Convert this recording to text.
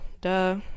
duh